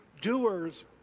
doers